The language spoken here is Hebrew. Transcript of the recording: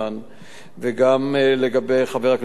וגם לגבי חבר הכנסת חסון,